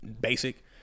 basic